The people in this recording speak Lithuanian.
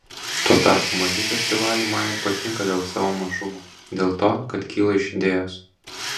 tuo tarpu maži festivaliai man ir patinka dėl savo mažumo dėl to kad kyla iš idėjos